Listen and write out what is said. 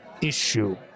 issue